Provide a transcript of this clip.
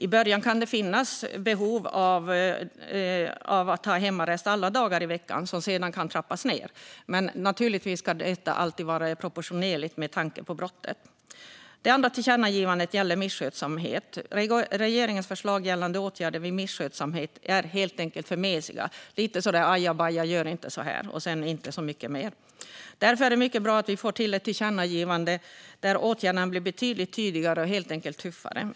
I början kan det finnas behov av att ha hemarrest alla dagar i veckan, som sedan kan trappas ned. Men naturligtvis ska det alltid vara proportionerligt mot brottet. Det andra tillkännagivandet gäller misskötsamhet. Regeringens förslag gällande åtgärder vid misskötsamhet är helt enkelt för mesigt. Man säger lite aja baja men inte så mycket mer. Därför är det mycket bra att vi får ett tillkännagivande där åtgärderna blir betydligt tydligare och helt enkelt tuffare.